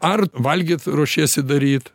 ar valgyt ruošiesi daryt